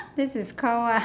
this is called what